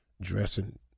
dressing